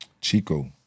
Chico